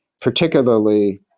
particularly